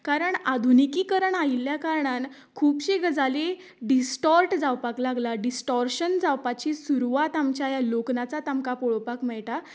कारण आधुनीकीकरण आयिल्ल्या कारणान खूबशें गजाली डिस्टोर्ट जावपाक लागल्या डिस्टोर्शन जावपाची सुरवात आमच्या ह्या लोकनाचांत आमकां पळोवपाक मेळटा